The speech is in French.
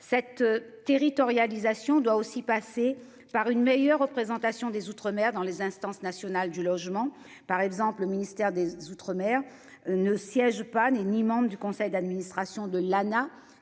cette territorialisation doit aussi passer par une meilleure représentation des outre-mer dans les instances nationales du logement par exemple, le ministère des Outre-mer. Ne siège pas n'est ni membre du conseil d'administration de l'Lana